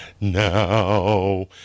now